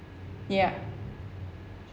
ya